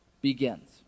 begins